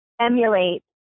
emulate